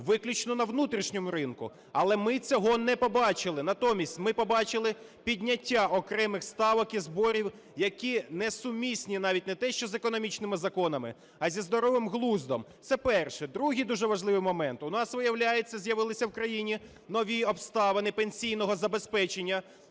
виключно на внутрішньому ринку. Але ми цього не побачили. Натомість ми побачили підняття окремих ставок і зборів, які не сумісні навіть не те, що з економічними законами, а зі здоровим глуздом. Це перше. Другий дуже важливий момент. У нас виявляється, з'явилися в країні нові обставини пенсійного забезпечення